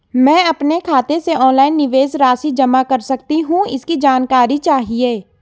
मैं अपने खाते से ऑनलाइन निवेश राशि जमा कर सकती हूँ इसकी जानकारी चाहिए?